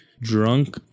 drunk